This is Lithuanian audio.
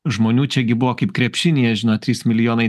žmonių čiagi buvo kaip krepšinyje žinot trys milijonai